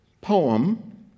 poem